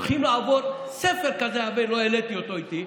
הולכים להעביר ספר כזה עבה, לא העליתי אותו איתי,